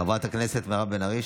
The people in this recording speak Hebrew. חברת הכנסת מירב בן ארי,